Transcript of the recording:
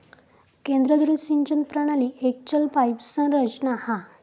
केंद्र धुरी सिंचन प्रणाली एक चल पाईप संरचना हा